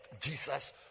Jesus